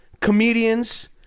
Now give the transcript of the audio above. comedians